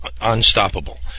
unstoppable